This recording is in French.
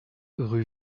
rue